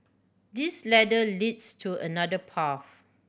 this ladder leads to another path